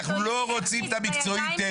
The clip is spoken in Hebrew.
אנחנו לא רוצים את המקצועי טכני.